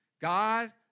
God